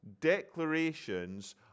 declarations